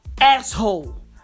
asshole